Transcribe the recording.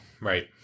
Right